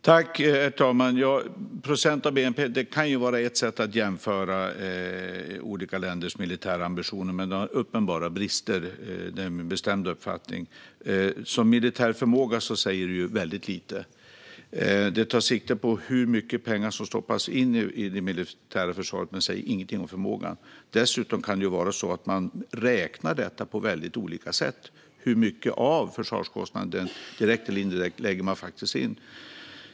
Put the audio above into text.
Herr talman! Procent av bnp kan vara ett sätt att jämföra olika länders militära ambitioner, men det har uppenbara brister. Det är min bestämda uppfattning. Om militär förmåga säger det väldigt lite. Det tar sikte på hur mycket pengar som stoppas in i det militära försvaret, men det säger ingenting om förmågan. Dessutom kan det vara så att man räknar detta på väldigt olika sätt. Hur mycket av försvarskostnaden, direkt eller indirekt, lägger man faktiskt in?